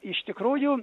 iš tikrųjų